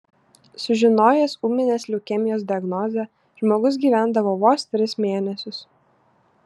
sužinojęs ūminės leukemijos diagnozę žmogus gyvendavo vos tris mėnesius